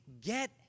get